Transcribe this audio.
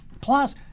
Plus